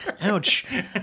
Ouch